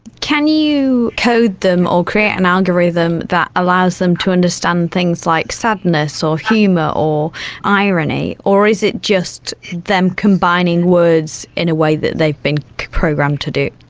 can you code then or create an algorithm that allows them to understand things like sadness or humour or irony? or is it just them combining words in a way that they've been programed to do?